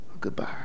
goodbye